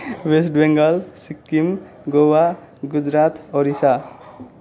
West Bengal Sikkim Goa Gujarat Odisha